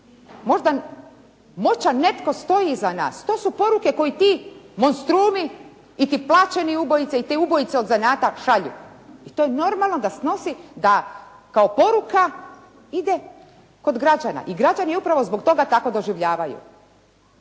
Možda moćan netko stoji iza nas! To su poruke koje ti monstrumi i ti plaćeni ubojice i te ubojice od zanata šalju i to je normalno da snosi, da kao poruka ide kod građana. I građani upravo zbog toga tako doživljavaju.